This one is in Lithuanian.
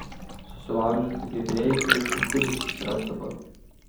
susilaužyt sugebėjai tai ir kastilius susirask dabar